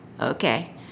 Okay